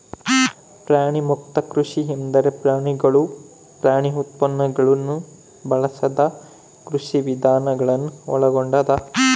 ಪ್ರಾಣಿಮುಕ್ತ ಕೃಷಿ ಎಂದರೆ ಪ್ರಾಣಿಗಳು ಪ್ರಾಣಿ ಉತ್ಪನ್ನಗುಳ್ನ ಬಳಸದ ಕೃಷಿವಿಧಾನ ಗಳನ್ನು ಒಳಗೊಂಡದ